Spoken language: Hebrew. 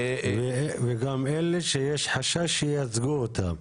וגם של אלה שיש חשש שייצגו אותם.